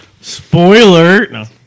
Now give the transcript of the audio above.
Spoiler